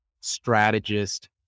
strategist